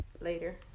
Later